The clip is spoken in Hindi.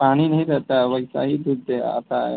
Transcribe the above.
पानी नहीं रहता है वैसा ही दूध दे आता है